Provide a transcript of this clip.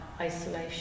isolation